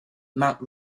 mount